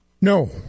No